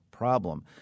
Problem